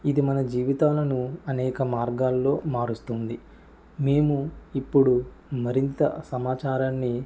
ఇది మన జీవితాలను అనేక మార్గాల్లో మారుస్తుంది మేము ఇప్పుడు మరింత సమాచారాన్ని